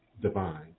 divine